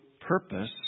purpose